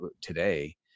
today